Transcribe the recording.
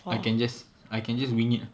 I can just I can just wing it ah